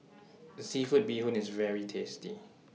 Seafood Bee Hoon IS very tasty